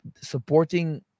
supporting